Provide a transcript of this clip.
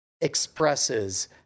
expresses